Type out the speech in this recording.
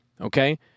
okay